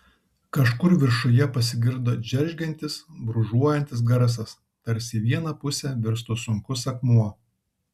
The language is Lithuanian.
kažkur viršuje pasigirdo džeržgiantis brūžuojantis garsas tarsi į vieną pusę virstų sunkus akmuo